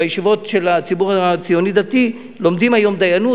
בישיבות של הציבור הציוני-דתי לומדים היום דיינות,